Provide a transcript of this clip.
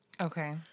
Okay